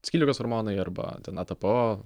skydliaukės hormonai arba ten atpo